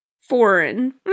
Foreign